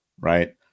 Right